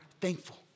thankful